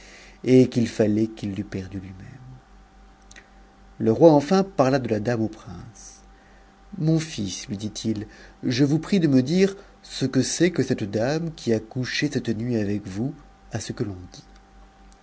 et qu'il fallait qu'il l'eût perdu lui-même le roi enfin parla de la dame au prince mon fils lui dit-il je vous pne de me dire ce que c'est que cette dame qui a couché cette nuit avec vous à ce que l'on dit